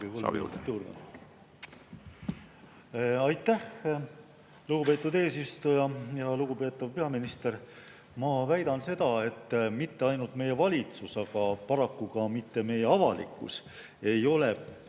Aitäh, lugupeetud eesistuja! Lugupeetud peaminister! Ma väidan seda, et mitte ainult meie valitsus, aga paraku ka meie avalikkus ei ole